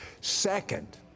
Second